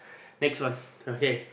next one okay